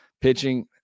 pitching